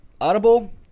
Audible